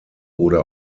oder